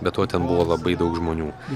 be to ten buvo labai daug žmonių